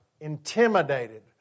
intimidated